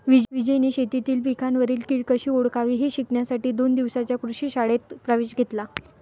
विजयने शेतीतील पिकांवरील कीड कशी ओळखावी हे शिकण्यासाठी दोन दिवसांच्या कृषी कार्यशाळेत प्रवेश घेतला